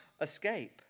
escape